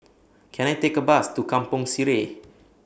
Can I Take A Bus to Kampong Sireh